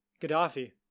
Gaddafi